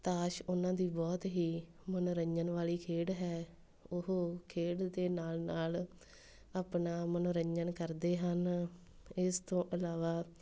ਤਾਸ਼ ਉਹਨਾਂ ਦੀ ਬਹੁਤ ਹੀ ਮਨੋਰੰਜਨ ਵਾਲੀ ਖੇਡ ਹੈ ਉਹ ਖੇਡ ਦੇ ਨਾਲ਼ ਨਾਲ਼ ਆਪਣਾ ਮਨੋਰੰਜਨ ਕਰਦੇ ਹਨ ਇਸ ਤੋਂ ਇਲਾਵਾ